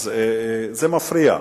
זה מפריע,